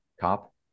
Cop